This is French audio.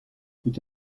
c’est